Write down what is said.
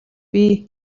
бий